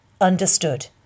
Understood